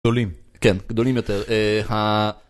גדולים. כן, גדולים יותר. אההה, ה...